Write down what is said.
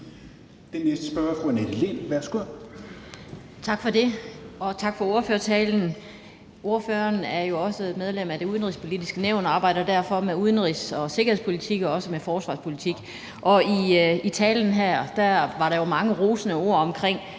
Kl. 21:37 Annette Lind (S): Tak for det, og tak for ordførertalen. Ordføreren er jo også medlem af Det Udenrigspolitiske Nævn og arbejder derfor med udenrigs- og sikkerhedspolitik og også med forsvarspolitik, og i talen her var der jo mange rosende ord om